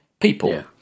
people